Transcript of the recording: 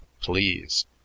please